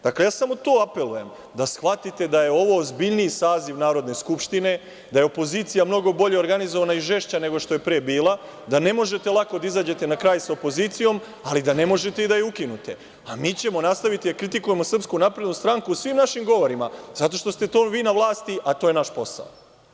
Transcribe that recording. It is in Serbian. Dakle, ja samo apelujem, da shvatite da je ovo ozbiljniji saziv Narodne skupštine, da je opozicija mnogo bolje organizovana i žešća nego što je pre bila, da ne možete lako da izađete na kraj sa opozicijom, ali da ne možete ni da je ukinete, a mi ćemo nastaviti da kritikujemo SNS u svim našim govorima, zato što ste vi na vlasti, a to je naš posao.